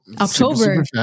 October